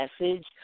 message